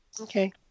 okay